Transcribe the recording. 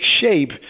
shape